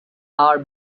are